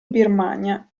birmania